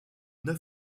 neuf